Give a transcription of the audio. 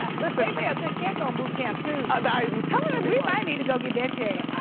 um listen they'd make a good check on boot camp too. and i was telling everyone! ah we might need to go get that check.